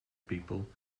people